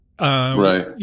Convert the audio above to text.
Right